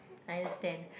I need to stand